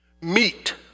Meat